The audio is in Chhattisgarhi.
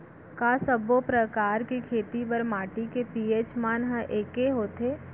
का सब्बो प्रकार के खेती बर माटी के पी.एच मान ह एकै होथे?